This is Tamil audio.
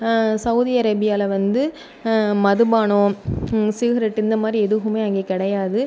சவுதி அரேபியாவில் வந்து மதுபானம் சிக்ரெட்டு இந்தமாதிரி எதுவுமே அங்கே கிடையாது